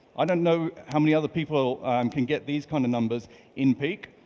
i don't know how many other people um can get these kind of numbers in peak,